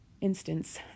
instance